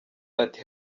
ati